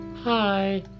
Hi